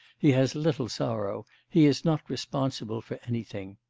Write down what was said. he has little sorrow, he is not responsible for anything.